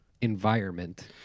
environment